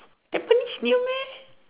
tampines near meh